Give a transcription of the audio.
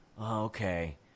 Okay